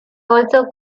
also